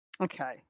Okay